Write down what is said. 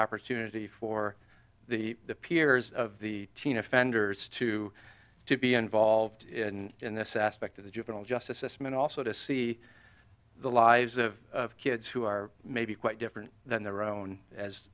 opportunity for the peers of the teen offenders to to be involved in this aspect of the juvenile justice system and also to see the lives of kids who are maybe quite different than their own as